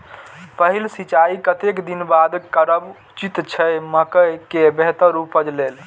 पहिल सिंचाई कतेक दिन बाद करब उचित छे मके के बेहतर उपज लेल?